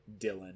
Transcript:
dylan